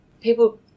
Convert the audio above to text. People